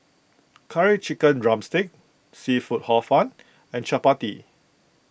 Curry Chicken Drumstick Seafood Hor Fun and Chappati